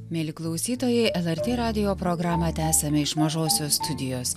mieli klausytojai lrt radijo programą tęsiame iš mažosios studijos